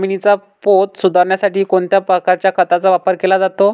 जमिनीचा पोत सुधारण्यासाठी कोणत्या प्रकारच्या खताचा वापर केला जातो?